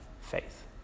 faith